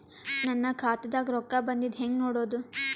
ನನ್ನ ಖಾತಾದಾಗ ರೊಕ್ಕ ಬಂದಿದ್ದ ಹೆಂಗ್ ನೋಡದು?